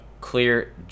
clear